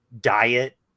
diet